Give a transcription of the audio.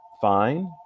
fine